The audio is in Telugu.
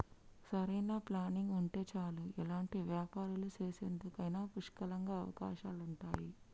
సరైన ప్లానింగ్ ఉంటే చాలు ఎలాంటి వ్యాపారాలు చేసేందుకైనా పుష్కలంగా అవకాశాలుంటయ్యి